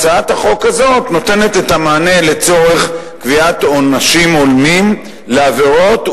הצעת החוק הזאת נותנת את המענה לצורך קביעת עונשים הולמים לעבירות,